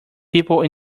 people